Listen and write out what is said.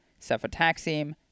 cefotaxime